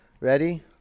Ready